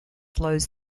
flows